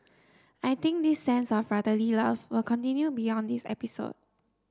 I think this sense of brotherly love will continue beyond this episode